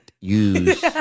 use